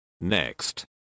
Next